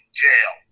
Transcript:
jail